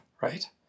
right